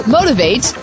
Motivate